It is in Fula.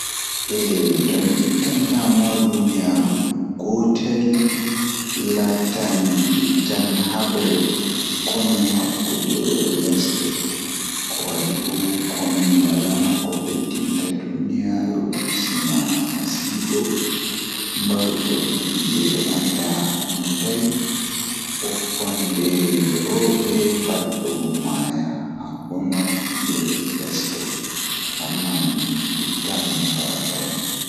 Eh tomi ittan damuwa duuniyaaru gotellaatan mi ittan habre, Hakkunde lesde kowadi bo konu wala ko beddinta duniyaaru sinaa masibo, Mbarugo himben be andaa anditai, Bikkon be rewbe pat don maaya haa konu hakkunde lesde ngamman mi ittan mi mbara ko.